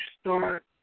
start